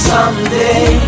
Someday